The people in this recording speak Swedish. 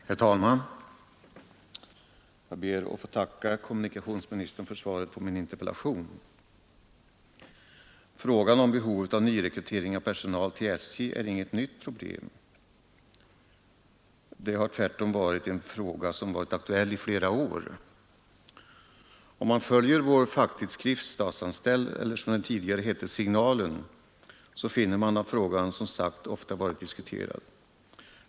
Herr talman! Jag ber att få tacka kommunikationsministern för svaret på min interpellation. Frågan om behovet av nyrekrytering av personal till SJ är inget nytt problem. Den frågan har tvärtom varit aktuell i flera år. Om man följer vår facktidskrift, Statsanställd, eller som den tidigare hette, Signalen, så finner man att frågan ofta varit diskuterad.